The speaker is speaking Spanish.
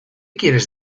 quieres